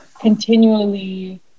continually